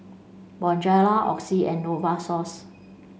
Bonjela Oxy and Novosource